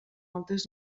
altres